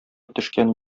төшкән